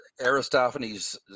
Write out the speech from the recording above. Aristophanes